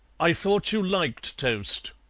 i thought you liked toast,